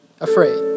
afraid